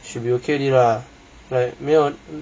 should be okay already lah